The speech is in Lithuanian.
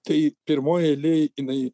tai pirmoje eilėj jinai